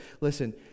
listen